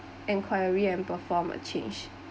inquiry and perform a change